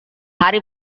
hari